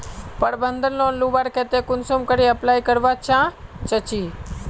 प्रबंधन लोन लुबार केते कुंसम करे अप्लाई करवा चाँ चची?